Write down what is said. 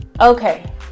Okay